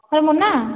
ଏ Muna